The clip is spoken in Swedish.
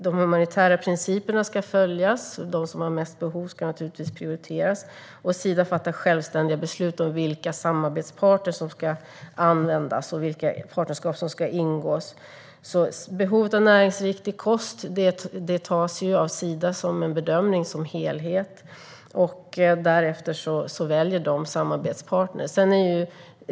De humanitära principerna ska alltså följas, och de som har störst behov ska naturligtvis prioriteras. Sida fattar självständiga beslut om vilka samarbetspartner som ska användas och vilka partnerskap som ska ingås. Behovet av näringsriktig kost tas alltså med av Sida i en helhetsbedömning, och därefter väljer de samarbetspartner.